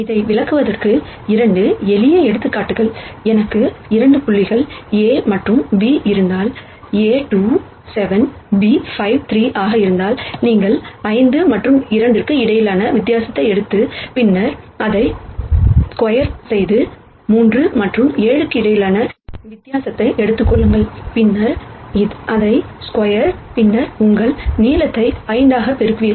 இதை விளக்குவதற்கு இரண்டு எளிய எடுத்துக்காட்டுகள் எனக்கு 2 புள்ளிகள் A மற்றும் B இருந்தால் A 2 7 b 5 3 ஆக இருந்தால் நீங்கள் 5 மற்றும் 2 க்கு இடையிலான வித்தியாசத்தை எடுத்து பின்னர் அதை சதுரப்படுத்தி 3 மற்றும் 7 க்கு இடையிலான வித்தியாசத்தை எடுத்துக் கொள்ளுங்கள் பின்னர் அதை சதுரமாக்குங்கள் பின்னர் உங்கள் நீளத்தை 5 ஆக பெறுவீர்கள்